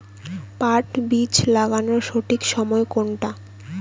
পাট বীজ লাগানোর সঠিক সময় কোনটা?